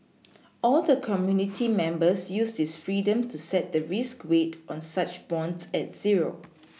all the committee members use this freedom to set the risk weight on such bonds at zero